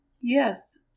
Yes